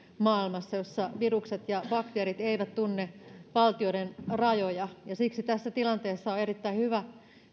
maailmassa jossa virukset ja bakteerit eivät tunne valtioiden rajoja ja siksi tässä tilanteessa on erittäin hyvä